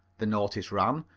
the notice ran,